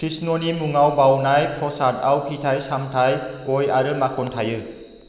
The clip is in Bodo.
कृष्णनि मुङाव बावनाय प्रसादआव फिथाइ सामथाइ गय आरो माखन थायो